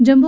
Jammu